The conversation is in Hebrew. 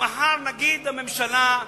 מצב כזה.